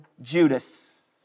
Judas